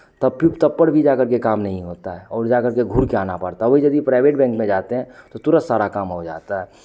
तब फिर तब पर भी जाकर के काम नहीं होता है और जाकर के घुर के आना पड़ता है वही यदि प्रइवेट बैंक में जाते हैं तो तुरत सारा काम हो जाता है